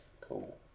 cool